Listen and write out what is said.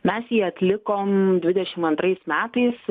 mes jį atlikom dvidešimt antrais metais